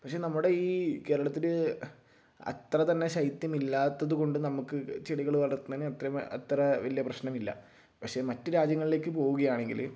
പക്ഷെ നമ്മുടെ ഈ കേരളത്തിൽ അത്ര തന്നെ ശൈത്യമില്ലാത്തത് കൊണ്ട് നമുക്ക് ചെടികൾ വളർത്തുന്നതിന് അത്ര അത്ര വലിയ പ്രശ്നമില്ല പക്ഷെ മറ്റ് രാജ്യങ്ങളിലേക്ക് പോവുകയാണെങ്കിൽ